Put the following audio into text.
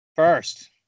First